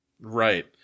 Right